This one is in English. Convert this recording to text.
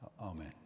Amen